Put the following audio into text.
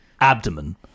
abdomen